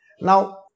Now